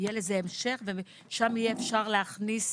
שם יהיה אפשר להכניס